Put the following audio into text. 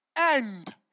End